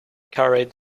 carried